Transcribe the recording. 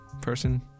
person